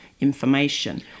information